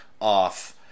off